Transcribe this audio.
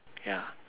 ya